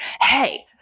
Hey